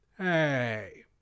Hey